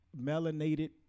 melanated